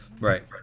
Right